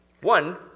One